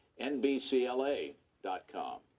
NBCLA.com